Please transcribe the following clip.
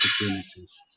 opportunities